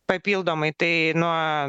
papildomai tai nuo